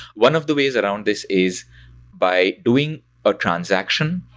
one of the ways around this is by doing a transaction.